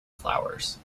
flowers